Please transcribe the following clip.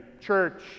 church